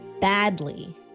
badly